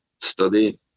study